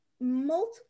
multiple